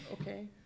Okay